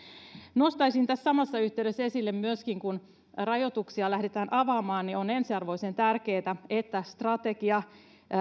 nostaisin tässä samassa yhteydessä esille myöskin sen että kun rajoituksia lähdetään avaamaan niin on ensiarvoisen tärkeätä että strategia